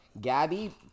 Gabby